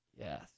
yes